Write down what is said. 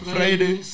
Friday